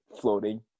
floating